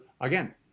again